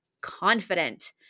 confident